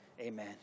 Amen